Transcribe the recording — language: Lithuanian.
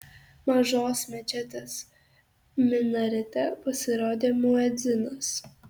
mažos mečetės minarete pasirodė muedzinas